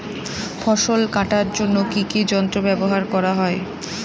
ফসল কাটার জন্য কি কি যন্ত্র ব্যাবহার করা হয়?